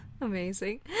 amazing